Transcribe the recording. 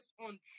on